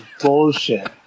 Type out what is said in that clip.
bullshit